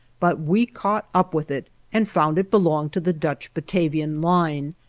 but we caught up with it, and found it belonged to the dutch-batavian line,